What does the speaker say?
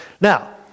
Now